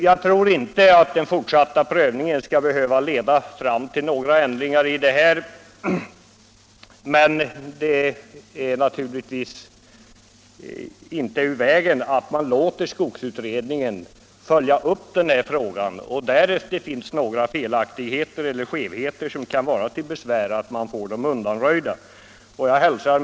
Den fortsatta prövningen tror jag inte skall behöva leda fram till några ändringar, men det är naturligtvis inte ur vägen att man låter skogsutredningen följa upp denna fråga. Därest det finns några felaktigheter eller skevheter som kan vara till besvär har man då möjlighet att få dem undanröjda.